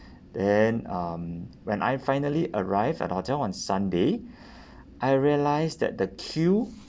then um when I finally arrived at the hotel on sunday I realised that the queue